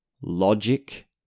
Logic